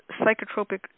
psychotropic